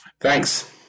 Thanks